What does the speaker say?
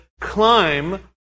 climb